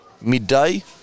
midday